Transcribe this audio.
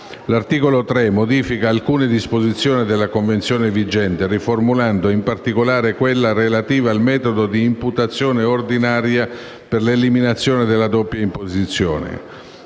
L'articolo III modifica alcune disposizioni della Convenzione vigente, riformulando in particolare quella relativa al metodo di imputazione ordinaria per l'eliminazione della doppia imposizione,